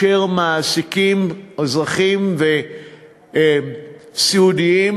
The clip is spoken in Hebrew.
אזרחים סיעודיים,